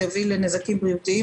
זה יביא לנזקים בריאותיים,